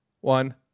one